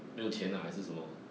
没有钱啊还是什么